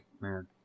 Man